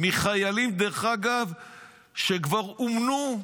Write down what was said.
מחיילים שכבר אומנו,